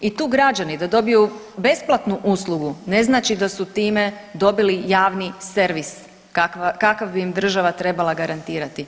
I tu građani da dobiju besplatnu uslugu ne znači da su time dobili javni servis kakav bi im država trebala garantirati.